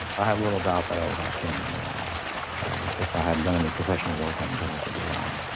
i have little doubt that i would have tenure now if i hadn't done any professional work on intelligent design.